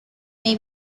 may